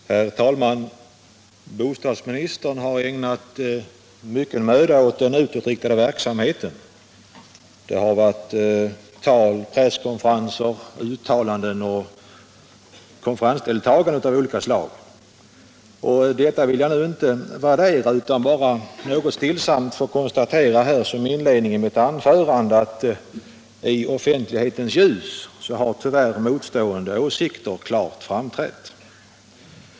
Herr talman! Bostadsministern har ägnat mycken möda åt den utåtriktade verksamheten. Det har varit tal, presskonferenser, uttalanden och konferensdeltagande av olika slag. Detta vill jag nu inte värdera utan bara helt stillsamt konstatera som en inledning till mitt anförande att i detta offentlighetens ljus har tyvärr motstående åsikter klart framträtt.